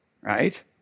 right